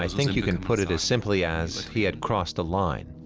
i think you can put it as simply as he had crossed a line.